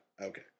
Okay